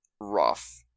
rough